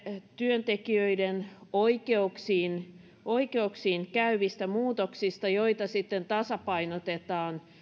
työntekijöiden oikeuksiin oikeuksiin käyvistä muutoksista joita sitten tasapainotetaan